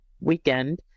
weekend